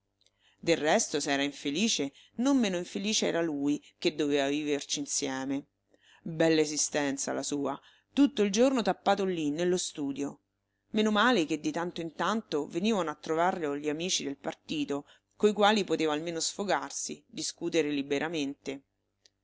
del resto se era infelice non meno infelice era lui che doveva viverci insieme bella esistenza la sua tutto il giorno tappato lì nello studio meno male che di tanto in tanto venivano a trovarlo gli amici del partito coi quali poteva almeno sfogarsi discutere liberamente